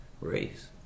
race